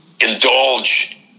indulge